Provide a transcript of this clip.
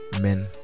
men